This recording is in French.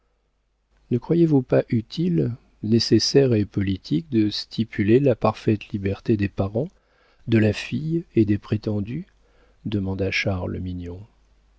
ne croyez-vous pas utile nécessaire et politique de stipuler la parfaite liberté des parents de la fille et des prétendus demanda charles mignon